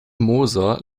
moser